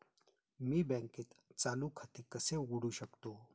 मी बँकेत चालू खाते कसे उघडू शकतो?